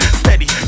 steady